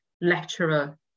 lecturer